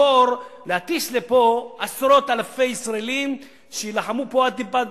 בתור להטיס לפה עשרות אלפי ישראליים שיילחמו פה עד טיפת,